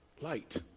light